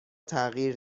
تغییر